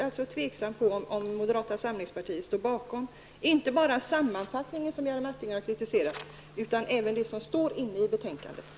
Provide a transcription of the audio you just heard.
Jag är nämligen osäker på om moderata samlingspartiet står bakom inte bara sammanfattningen -- som Jerry Martinger har kritiserat -- utan även det som står inne i betänkandet.